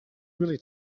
really